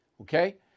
okay